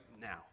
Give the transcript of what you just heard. now